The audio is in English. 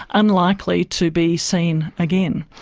unlikely to be seen again.